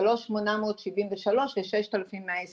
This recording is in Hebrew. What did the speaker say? שלושת אלפים שמונה מאות שבעים ושלושה וששת אלפים מאה עשרים.